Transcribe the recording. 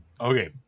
Okay